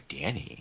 Danny